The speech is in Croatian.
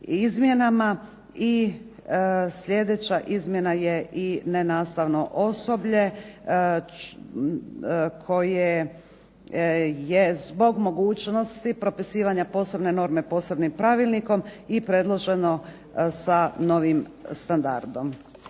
I sljedeća izmjena je i nenastavno osoblje koje je zbog mogućnosti propisivanja posebne norme posebnim pravilnikom i predloženo sa novim standardom.